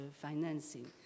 financing